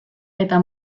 eta